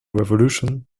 revolution